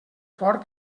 fort